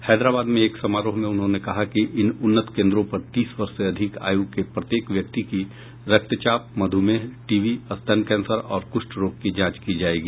हैदराबाद में एक समारोह में उन्होंने कहा कि इन उन्नत केन्द्रों पर तीस वर्ष से अधिक आयु के प्रत्येक व्यक्ति की रक्तचाप मध्रमेह टीबी स्तन कैंसर और कुष्ठ रोग की जांच की जायेगी